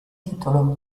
titolo